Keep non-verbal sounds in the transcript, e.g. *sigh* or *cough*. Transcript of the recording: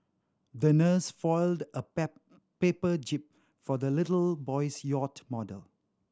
the nurse *unintelligible* a pap paper jib for the little boy's yacht model